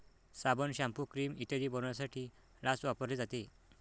साबण, shampoo, cream इत्यादी बनवण्यासाठी लाच वापरली जाते